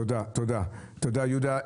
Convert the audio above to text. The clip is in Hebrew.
תודה יהודה.